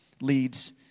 leads